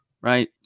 Right